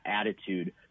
attitude